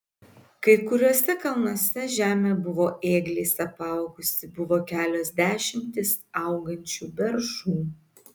kai kuriuose kalnuose žemė buvo ėgliais apaugusi buvo kelios dešimtys augančių beržų